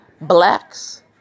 blacks